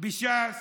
בש"ס